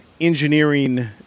Engineering